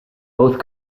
both